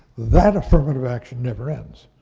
that affirmative action never ends.